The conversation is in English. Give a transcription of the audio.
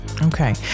Okay